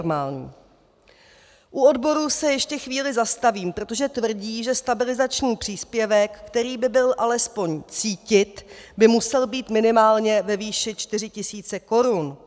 U odborů se ještě chvíli zastavím, protože tvrdí, že stabilizační příspěvek, který by byl alespoň cítit, by musel být minimálně ve výši 4 tisíce korun.